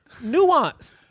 Nuance